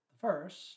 first